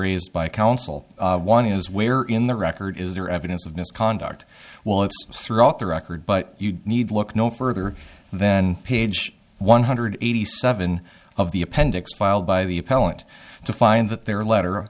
raised by counsel one is where in the record is there evidence of misconduct well it's throughout the record but you need look no further than page one hundred eighty seven of the appendix filed by the appellant to find that their letter